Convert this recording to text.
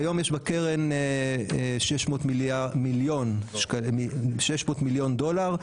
כיום יש בקרן 600 מיליון דולר,